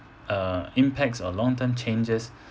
uh impacts or long term changes